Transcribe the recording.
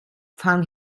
found